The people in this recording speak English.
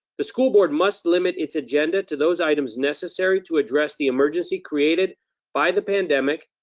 the school board must limit its agenda to those items necessary to address the emergency created by the pandemic,